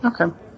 Okay